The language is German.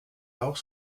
auch